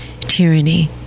tyranny